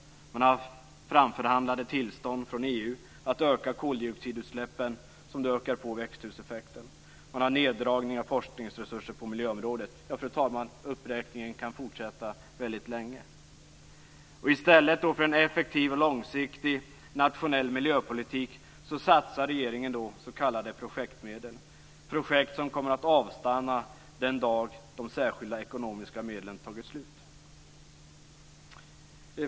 Man har haft framförhandlade tillstånd från EU att öka koldioxidutsläppen som nu ökar växthuseffekten. Det har skett neddragningar av forskningsresurser på miljöområdet. Ja, fru talman, uppräkningen kan fortsätta väldigt länge. I stället för att satsa på en effektiv och långsiktig nationell miljöpolitik satsar regeringen s.k. projektmedel till projekt som kommer att avstanna den dag då de särskilda ekonomiska medlen har tagit slut.